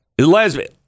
lesbian